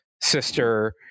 sister